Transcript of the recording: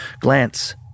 glance